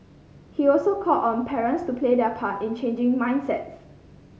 he also called on parents to play their part in changing mindsets